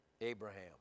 Abraham